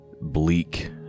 bleak